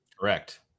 Correct